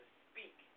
speak